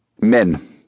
Men